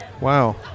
Wow